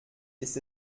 ist